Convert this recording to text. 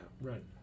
Right